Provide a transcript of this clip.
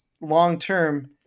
long-term